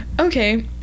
Okay